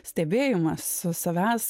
stebėjimas savęs